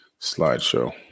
slideshow